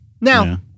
Now